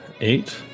eight